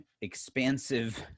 expansive